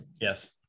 Yes